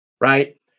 right